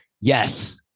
Yes